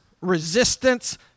resistance